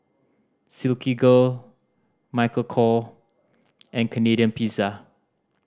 Silkygirl Michael Kor and Canadian Pizza